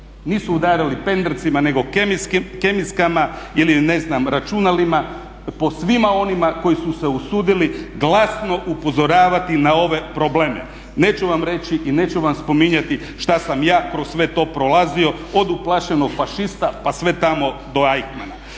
nisu udarali pendrecima nego kemijskama ili ne znam računalima po svima onima koji su se usudili glasno upozoravati na ove probleme. Neću vam reći i neću vam spominjati što sam ja kroz sve to prolazio, od uplašenog fašista pa sve tamo do Eichmanna.